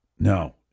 No